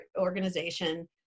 organization